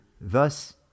thus